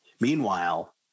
Meanwhile